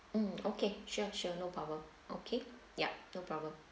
mm okay sure sure no problem okay yup no problem